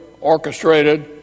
orchestrated